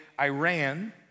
Iran